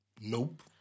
Nope